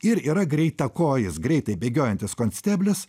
ir yra greitakojis greitai bėgiojantis konsteblis